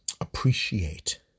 appreciate